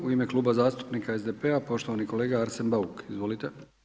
U ime Kluba zastupnika SDP-a, poštovani kolega Arsen Bauk, izvolite.